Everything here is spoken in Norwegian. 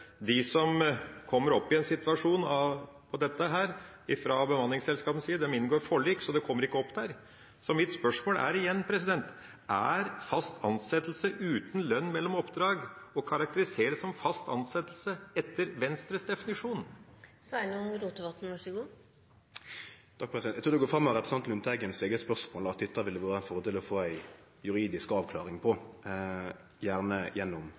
de som kommer opp i en situasjon som dette fra bemanningsselskapenes side, inngår forlik, så det kommer ikke opp der. Så mitt spørsmål er igjen: Er fast ansettelse uten lønn mellom oppdrag å karakterisere som fast ansettelse etter Venstres definisjon? Eg trur det går fram av representanten Lundteigens eige spørsmål at dette ville det vore ein fordel å få ei juridisk avklaring på, gjerne gjennom